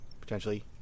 potentially